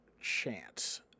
chance